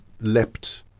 leapt